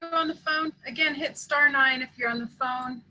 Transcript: on the phone? again, hit star nine if you're on the phone,